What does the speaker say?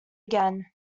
again